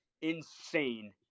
insane